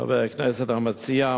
חבר הכנסת המציע,